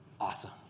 awesome